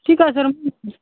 ठीक आहे सर मग